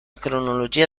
cronologia